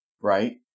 Right